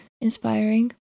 inspiring